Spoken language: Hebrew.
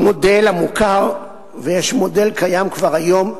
מודל מוכר, ויש מודל הקיים כבר היום: